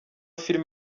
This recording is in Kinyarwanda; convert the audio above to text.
film